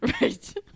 Right